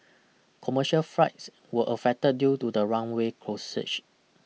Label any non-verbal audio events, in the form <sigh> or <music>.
commercial flight were affected due to the runway <unintelligible>